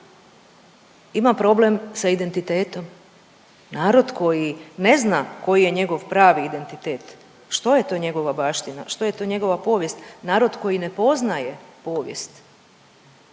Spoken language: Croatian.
ima problem sa identitetom. Narod koji ne zna koji je njegov pravi identitet, što je to njegova baština, što je to njegova povijest, narod koji ne poznaje povijest,